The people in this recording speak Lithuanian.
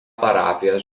parapijos